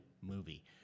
movie